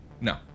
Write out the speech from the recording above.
No